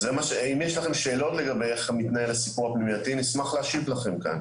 אם יש לכם שאלות לגבי איך מתנהל הסיפור הפנימייתי נשמח להשיב לכם כאן,